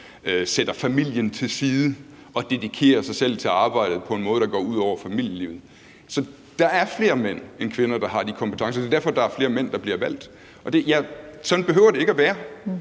sætter familien til side og dedikerer sig til arbejdet på en måde, der går ud over familielivet. Så der er flere mænd end kvinder, der har de kompetencer, og det er derfor, der er flere mænd, der bliver valgt. Og sådan behøver det ikke at være,